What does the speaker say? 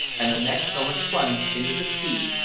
and next moment plunged into the sea,